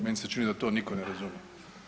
Meni se čini da to nitko ne razumije.